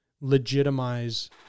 legitimize